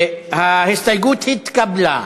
ההסתייגות התקבלה.